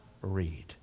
read